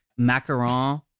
macaron